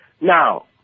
Now